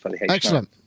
Excellent